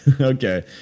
Okay